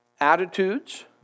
attitudes